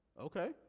Okay